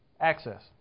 Access